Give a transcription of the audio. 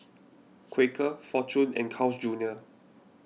Quaker fortune and Carl's Junior